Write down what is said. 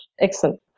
excellent